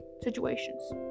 situations